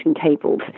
cables